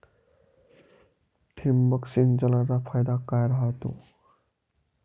ठिबक सिंचनचा फायदा काय राह्यतो?